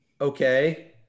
Okay